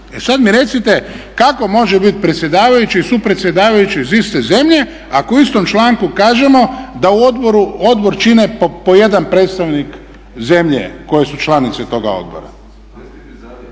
sada mi recite kako može biti predsjedavajući i supredsjedavajući iz iste zemlje ako u istom članku kažemo da u odboru, odbor čine po jedan predstavnik zemlje koje su članice toga odbora.